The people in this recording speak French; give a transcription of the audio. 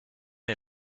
est